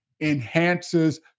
enhances